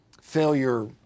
failure